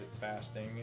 fasting